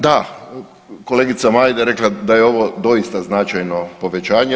Da, kolegica Majda je rekla da je ovo doista značajno povećanje.